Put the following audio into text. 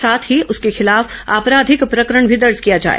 साथ ही उसके खिलाफ आपराधिक प्रकरण भी दर्ज किया जाए